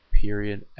period